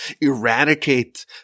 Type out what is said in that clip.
Eradicate